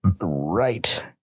right